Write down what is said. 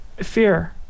Fear